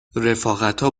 رفاقتا